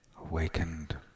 Awakened